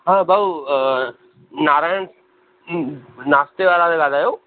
हा भाऊ नारायण नाश्ते वारा था ॻाल्हायो